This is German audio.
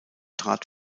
trat